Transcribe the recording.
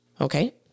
Okay